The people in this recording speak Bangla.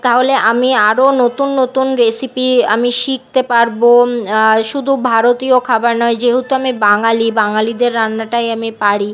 তা হলে আমি আরো নতুন নতুন রেসিপি আমি শিখতে পারব শুধু ভারতীয় খাবার নয় যেহেতু আমি বাঙালি বাঙালিদের রান্নাটাই আমি পারি